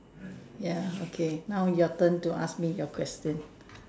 ya okay now your turn to ask me your question